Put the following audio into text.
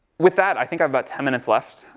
with that, i think i have about ten minutes left.